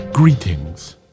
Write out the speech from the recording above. Greetings